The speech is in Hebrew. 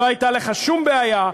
לא הייתה לך שום בעיה,